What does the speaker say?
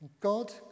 God